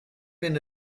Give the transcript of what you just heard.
been